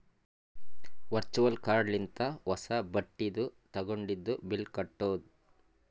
virtual card ಲಿಂತ ಹೊಸಾ ಬಟ್ಟಿದು ತಗೊಂಡಿದು ಬಿಲ್ ಕಟ್ಟುದ್